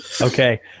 Okay